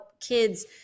kids